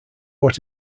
what